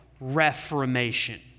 reformation